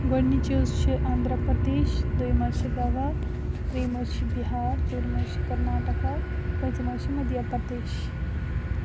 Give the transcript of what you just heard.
گۄڈٕنِچ حظ چھِ آندھراپردیش دوٚیِم حظ چھِ گَوا ترٛیٚیِم حظ چھِ بِہار ژوٗرِم حظ چھِ کَرناٹکا پوٗنٛژِم حظ چھِ مَدھیا پردیش